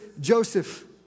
Joseph